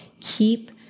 Keep